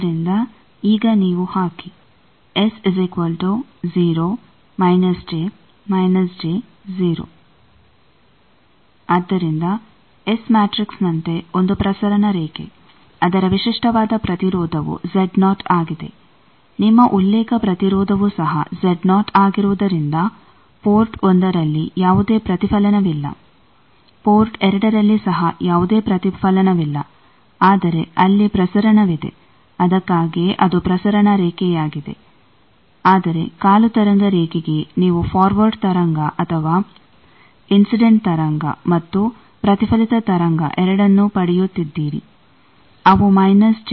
ಆದರಿಂದ ಈಗ ನೀವು ಹಾಕಿ ಆದ್ದರಿಂದ ಎಸ್ ಮ್ಯಾಟ್ರಿಕ್ಸ್ನಂತೆ ಒಂದು ಪ್ರಸರಣ ರೇಖೆ ಅದರ ವಿಶಿಷ್ಟವಾದ ಪ್ರತಿರೋಧವು ಆಗಿದೆ ನಿಮ್ಮ ಉಲ್ಲೇಖ ಪ್ರತಿರೋಧವೂ ಸಹ ಆಗಿರುವುದರಿಂದ ಪೋರ್ಟ್ 1 ರಲ್ಲಿ ಯಾವುದೇ ಪ್ರತಿಫಲನವಿಲ್ಲ ಪೋರ್ಟ್ 2ರಲ್ಲಿ ಸಹ ಯಾವುದೇ ಪ್ರತಿಫಲನವಿಲ್ಲ ಆದರೆ ಅಲ್ಲಿ ಪ್ರಸರಣವಿದೆ ಅದಕ್ಕಾಗಿಯೇ ಅದು ಪ್ರಸರಣ ರೇಖೆಯಾಗಿದೆ ಆದರೆ ಕಾಲು ತರಂಗ ರೇಖೆಗೆ ನೀವು ಫಾರ್ವರ್ಡ್ ತರಂಗ ಮತ್ತು ಅಥವಾ ಇನ್ಸಿಡೆಂಟ್ ತರಂಗ ಮತ್ತು ಪ್ರತಿಫಲಿತ ತರಂಗ ಎರಡನ್ನೂ ಪಡೆಯುತ್ತಿದ್ದೀರಿ ಅವು ಮೈನಸ್ ಜೆ ಹಂತದ ಬದಲಾವಣೆಯನ್ನು ಪಡೆಯುತ್ತಿವೆ